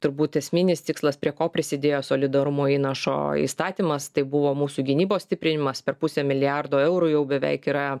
turbūt esminis tikslas prie ko prisidėjo solidarumo įnašo įstatymas tai buvo mūsų gynybos stiprinimas per pusę milijardo eurų jau beveik yra